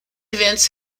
events